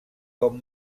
com